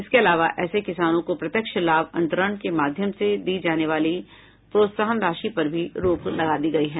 इसके अलावा ऐसे किसानों को प्रत्यक्ष लाभ अंतरण के माध्यम से दी जाने वाली प्रोत्साहन राशि पर भी रोक लगा दी गयी है